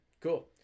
cool